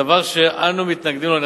דבר שאנו מתנגדים לו נחרצות.